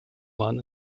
waren